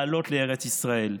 לעלות לארץ ישראל.